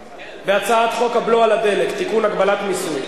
בהצעת חוק הבלו על הדלק (תיקון, הגבלת מיסוי).